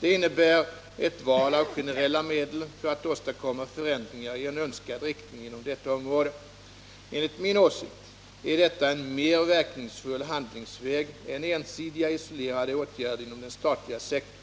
Detta innebär ett val av generella medel för att åstadkomma förändringar i en önskad riktning inom detta område. Enligt min åsikt är detta en mer verkningsfull handlingsväg än ensidiga, isolerade åtgärder inom den statliga sektorn.